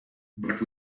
but